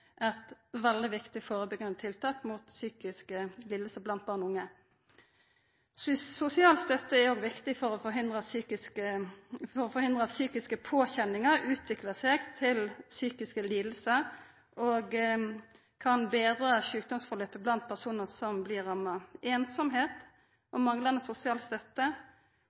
viktig førebyggjande tiltak mot psykiske lidingar blant barn og unge. Sosial støtte er òg viktig for å forhindra at psykiske påkjenningar utviklar seg til psykiske lidingar, og kan betra sjukdomsprosessen blant personar som blir ramma. Einsemd og manglande sosial støtte